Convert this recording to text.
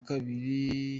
kabiri